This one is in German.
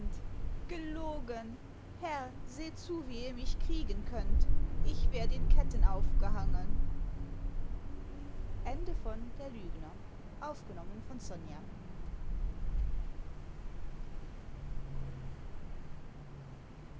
gelogen herr seht zu wie ihr mich kriegen könnt ich werd in ketten aufgehangen